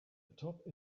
atop